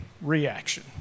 reaction